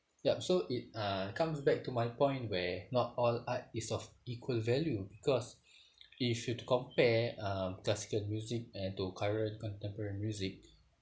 yup so it uh comes back to my point where not all art is of equal value because if you were to compare uh classical music and to current contemporary music